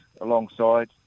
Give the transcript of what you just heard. alongside